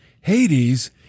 Hades